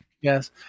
Yes